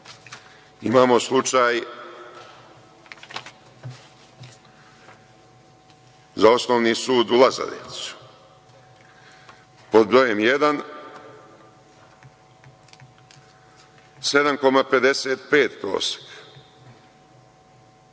Imamo slučaj za Osnovni sud u Lazarevcu. Pod brojem jedan – 7,55 prosek.